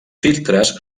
filtres